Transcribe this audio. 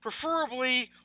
preferably